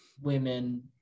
women